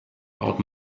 out